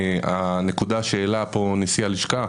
הנקודה שהעלה פה נשיא הלשכה,